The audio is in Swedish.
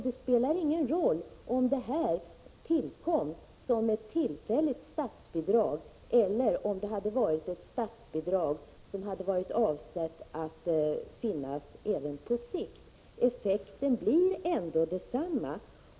Det spelar ingen roll om detta bidrag infördes som ett tillfälligt statsbidrag eller om det hade varit avsett att finnas även på sikt. Effekten blir ändå densamma.